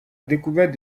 découverte